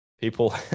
people